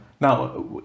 Now